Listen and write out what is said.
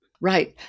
Right